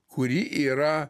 kuri yra